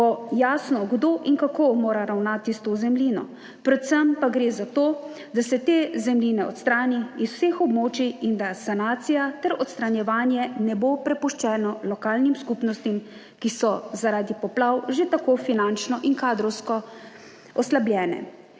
bo jasno, kdo in kako mora ravnati s to zemljino. Predvsem pa gre za to, da se te zemljine odstrani iz vseh območij in da sanacija ter odstranjevanje ne bo prepuščeno lokalnim skupnostim, ki so, zaradi poplav že tako finančno in kadrovsko oslabljene.